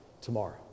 tomorrow